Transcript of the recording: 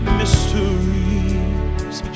mysteries